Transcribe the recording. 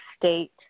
state